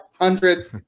hundreds